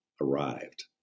arrived